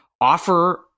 offer